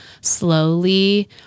slowly